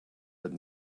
but